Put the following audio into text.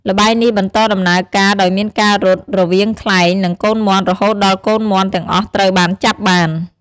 ល្បែងនេះបន្តដំណើរការដោយមានការរត់ រវាងខ្លែង និងកូនមាន់រហូតដល់កូនមាន់ទាំងអស់ត្រូវបានចាប់បាន ។